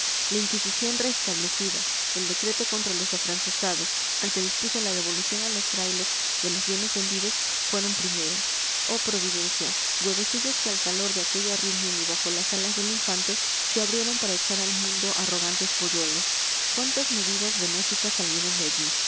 la inquisición restablecida el decreto contra los afrancesados el que dispuso la devolución a los frailes de los bienes vendidos fueron primero oh providencia huevecillos que al calor de aquella reunión y bajo las alas del infante se abrieron para echar al mundo arrogantes polluelos cuántas medidas benéficas salieron de allí